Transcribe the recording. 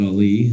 Ali